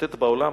שמשוטט בעולם,